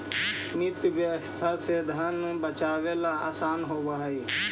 मितव्ययिता से धन बचावेला असान होवऽ हई